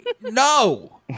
No